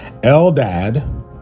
Eldad